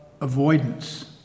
avoidance